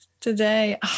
today